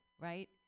right